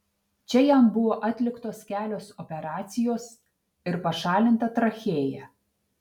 čia jam buvo atliktos kelios operacijos ir pašalinta trachėja